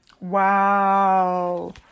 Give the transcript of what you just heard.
Wow